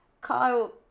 Kyle